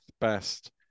best